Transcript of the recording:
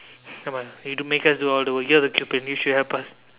come on you to make us do all the work you're the cupid you should help us